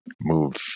move